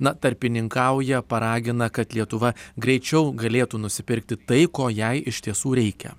na tarpininkauja paragina kad lietuva greičiau galėtų nusipirkt tai ko jai iš tiesų reikia